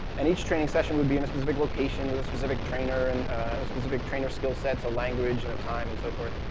and each training session would be in a specific location with a specific trainer, and specific trainer skill sets, a language, and a time and so forth.